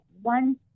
one